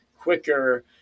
quicker